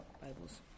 Bibles